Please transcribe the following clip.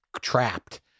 trapped